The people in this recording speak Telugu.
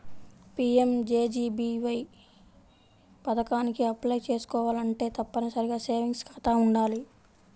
పీయంజేజేబీవై పథకానికి అప్లై చేసుకోవాలంటే తప్పనిసరిగా సేవింగ్స్ ఖాతా వుండాలి